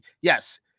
yes